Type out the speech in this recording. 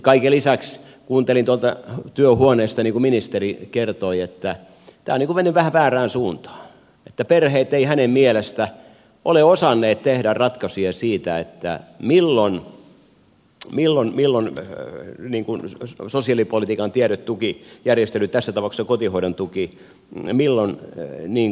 kaiken lisäksi kuuntelin tuolta työhuoneestani kun ministeri kertoi että tämä on niin kuin mennyt vähän väärään suuntaan että perheet eivät hänen mielestään ole osanneet tehdä ratkaisuja siitä miten sosiaalipolitiikan tietyt tukijärjestelyt tässä tapauksessa kotihoidon tuki järjestynyttä satamaksi kotihoidontuki ne milloin niin